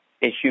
issue